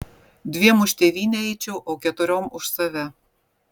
dviem už tėvynę eičiau o keturiom už save